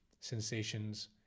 sensations